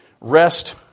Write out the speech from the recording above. rest